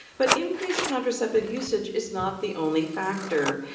but increased contraceptive usage is not the only factor.